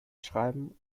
schreiben